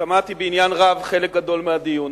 שמעתי בעניין רב חלק גדול מהדיון.